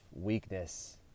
weakness